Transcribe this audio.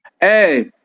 hey